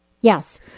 Yes